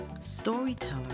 storyteller